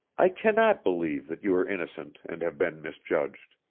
i cannot believe that you are innocent and have been misjudged.